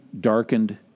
darkened